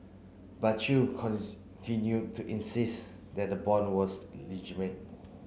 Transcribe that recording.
but Chew to insist that the bond was